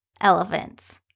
elephants